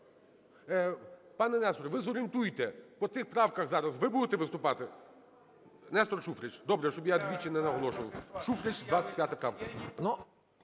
Пане Несторе, ви зорієнтуйте: по цих правках зараз ви будете виступати? Нестор Шуфрич. Добре. Щоб я двічі не наголошував. Шуфрич, 25 правка.